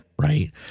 right